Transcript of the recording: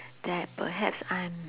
that perhaps I'm